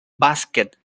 basket